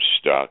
stuck